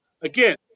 again